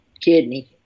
kidney